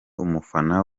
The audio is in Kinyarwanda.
umufana